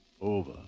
Over